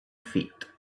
feet